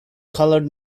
colored